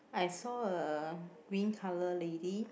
I saw a green colour lady